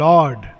Lord